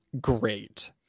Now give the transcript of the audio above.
great